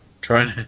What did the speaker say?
Trying